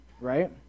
right